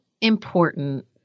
important